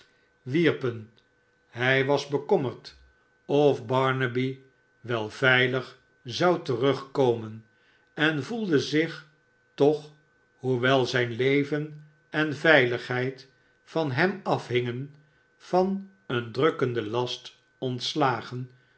wierpen hij was bekommerd of barnaby wel veilig zou terugkomen n voelde zich toch hoewel zijn leven en veiligheid van hem afhingen van een drukkenden last ontslagen